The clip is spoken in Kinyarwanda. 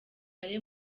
kare